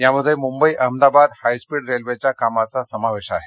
यामध्ये मुंबई अहमदाबाद हायस्पीड रेल्वेच्या कामाचा समावेश आहे